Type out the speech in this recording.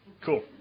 Cool